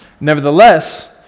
Nevertheless